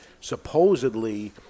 supposedly